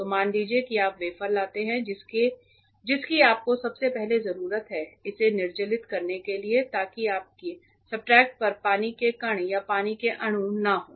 तो मान लीजिए कि आप वेफर लाते हैं जिसकी आपको सबसे पहले जरूरत है इसे निर्जलित करने के लिए ताकि आपके सब्सट्रेट पर पानी के कण या पानी के अणु न हों